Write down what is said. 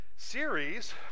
series